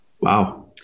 Wow